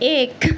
एक